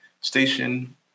station